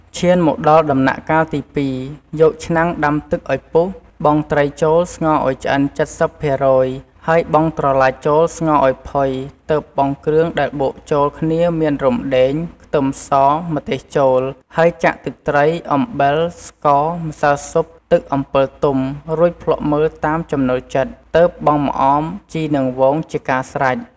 ឈានមកដល់ដំណាក់កាលទី២ យកឆ្នាំងដាំទឹកឱ្យពុះ បង់ត្រីចូលស្ងោរឱ្យឆ្អិន៧០% ហើយបង់ត្រឡាចចូលស្ងោរឱ្យផុយ ទើបបង់គ្រឿង ដែលបុកចូលគ្នាមានរំដេង ខ្ទឹមស ម្ទេស ចូល ហើយចាក់ទឹកត្រី អំបិល ស្ករ ម្សៅស៊ុប ទឹកអំពិលទុំ រួចភ្លក់មើលតាមចំណូលចិត្ដ ទើបបង់ម្អម ជីរនាងវង ជាការស្រេច ។